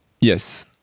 Yes